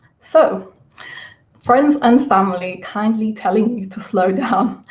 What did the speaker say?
so friends and family kindly telling me to slow down.